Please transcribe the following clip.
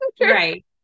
Right